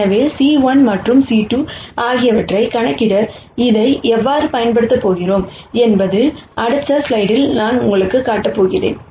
எனவே C1 மற்றும் C2 ஆகியவற்றைக் கணக்கிட இதை எவ்வாறு பயன்படுத்தப் போகிறோம் என்பது அடுத்த ஸ்லைடில் நான் உங்களுக்குக் காட்டப் போகிறேன்